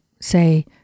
say